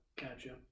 Gotcha